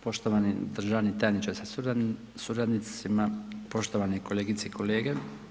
Poštovani državni tajniče sa suradnicima, poštovane kolegice i kolege.